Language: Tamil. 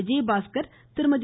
விஜயபாஸ்கர் திருமதி